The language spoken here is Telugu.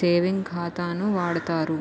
సేవింగ్ ఖాతాను వాడుతారు